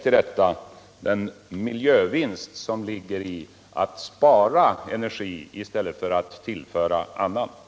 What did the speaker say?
Till detta kan också läggas den miljövinst som ligger i att spara energi i stället för att tillföra sådan i annan form.